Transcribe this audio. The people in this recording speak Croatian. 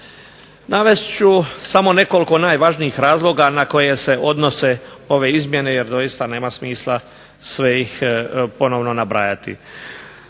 Navest ću samo nekoliko najvažnijih razloga na koje se odnose ove izmjene, jer doista nema smisla sve ih ponovno nabrajati.